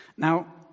Now